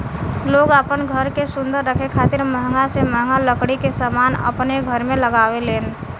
लोग आपन घर के सुंदर रखे खातिर महंगा से महंगा लकड़ी के समान अपन घर में लगावे लेन